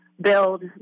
build